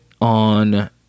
on